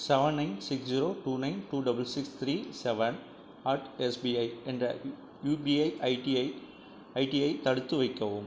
seven nine six zero two nine two double six three seven at SBI என்ற UPI ஐடியை ஐடியைத் தடுத்து வைக்கவும்